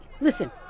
listen